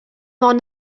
ond